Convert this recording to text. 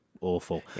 awful